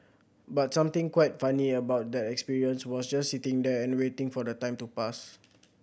but something quite funny about that experience was just sitting there and waiting for the time to pass